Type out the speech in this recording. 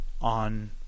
on